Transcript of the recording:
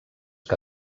que